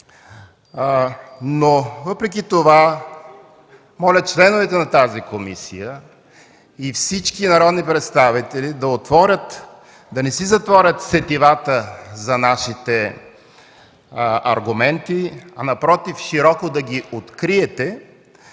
но въпреки това моля членовете на тази комисия и всички народни представители да не си затварят сетивата за нашите аргументи, а напротив – да ги открият